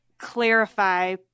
clarify